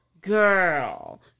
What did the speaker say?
girl